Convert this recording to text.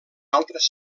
altres